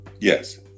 Yes